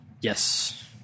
Yes